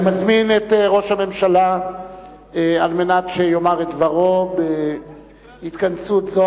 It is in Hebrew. אני מזמין את ראש הממשלה על מנת שיאמר את דברו בהתכנסות זו,